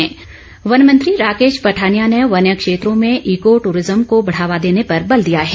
one मंत्री वन मंत्री राकेश पठानिया ने वन्य क्षेत्रों में ईको दूरिज्म को बढ़ावा देने पर बल दिया है